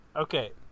Okay